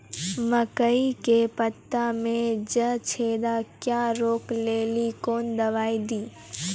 मकई के पता मे जे छेदा क्या रोक ले ली कौन दवाई दी?